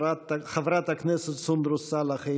חברת הכנסת סונדוס סאלח,